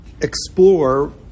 explore